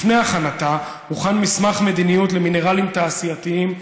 לפני הכנתה הוכן מסמך מדיניות למינרלים תעשייתיים,